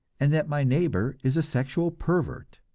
and that my neighbor is a sexual pervert.